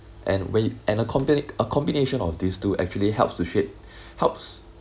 and wait~ and a combinat~ a combination of these two actually helps to shape helps